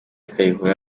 kayihura